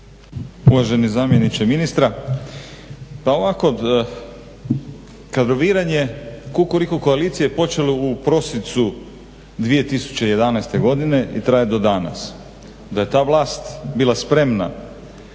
Uvaženi zamjeniče ministra, kadroviranje Kukuriku koalicije počelo je u prosincu 2011. godine i traje do danas. Da je ta vlast bila spremna